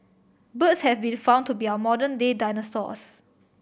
birds have been found to be our modern day dinosaurs